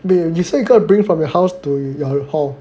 wait you say got bring from your house to your hall